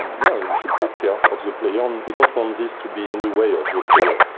yeah, you should take care of the player. um we don't want this to be in the way of the player.